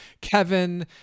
kevin